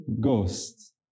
Ghost